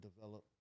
develop